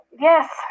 Yes